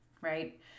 right